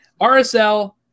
RSL